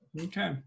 Okay